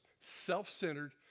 self-centered